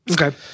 Okay